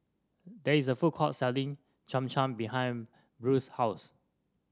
there is a food court selling Cham Cham behind Brea's house